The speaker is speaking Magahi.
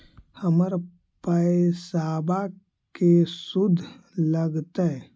हमर पैसाबा के शुद्ध लगतै?